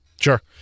Sure